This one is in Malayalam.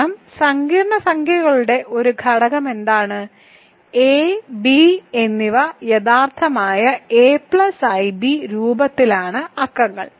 കാരണം സങ്കീർണ്ണ സംഖ്യകളുടെ ഒരു ഘടകം എന്താണെന്നത് a b എന്നിവ യഥാർത്ഥമായ a ib രൂപത്തിലാണ് അക്കങ്ങൾ